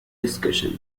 discussions